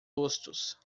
rostos